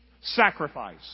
sacrifice